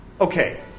okay